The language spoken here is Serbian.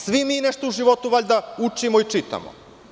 Svi mi nešto u životu valjda učimo i čitamo.